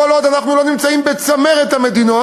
כל עוד אנחנו לא נמצאים בצמרת המדינות,